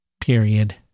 Period